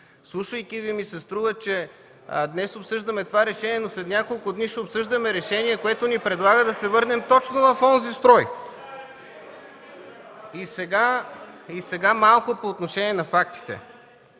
Слушайки Ви ми се струва, че днес обсъждаме това решение, но след няколко дни ще обсъждаме решение, което ни предлага да се върнем точно в онзи строй. (Силен шум и реплики от КБ.) Сега малко по отношение на фактите: